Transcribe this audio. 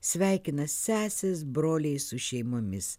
sveikina sesės broliai su šeimomis